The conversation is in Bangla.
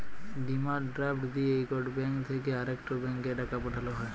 ডিমাল্ড ড্রাফট দিঁয়ে ইকট ব্যাংক থ্যাইকে আরেকট ব্যাংকে টাকা পাঠাল হ্যয়